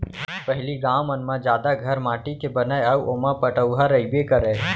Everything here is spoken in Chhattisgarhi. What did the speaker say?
पहिली गॉंव मन म जादा घर माटी के बनय अउ ओमा पटउहॉं रइबे करय